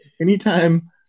anytime